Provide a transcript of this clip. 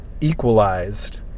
equalized